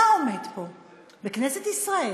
אתה עומד פה, בכנסת ישראל,